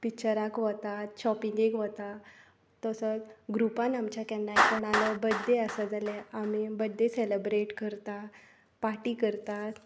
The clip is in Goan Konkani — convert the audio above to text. पिक्चराक वता शॉपिंगेक वता तसो ग्रुपान आमच्या केन्नाय कोणालो बर्थडे आसत जाल्यार आमी बर्थडे सेलेब्रेट करतात पार्टी करतात